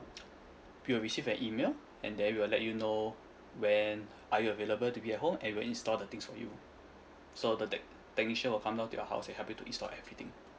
you'll receive an email and then we'll let you know when are you available to be at home and we'll install the things for you so the tech~ technician will come to your house and help you to install everything